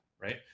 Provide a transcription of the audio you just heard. right